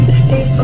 stay